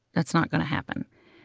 that's not going to happen.